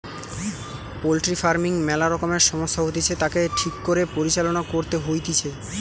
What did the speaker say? poultry farming ম্যালা রকমের সমস্যা হতিছে, তাকে ঠিক করে পরিচালনা করতে হইতিছে